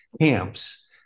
camps